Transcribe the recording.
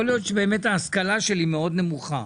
יכול להיות שבאמת ההשכלה שלי מאוד נמוכה.